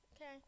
Okay